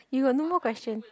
you got no more question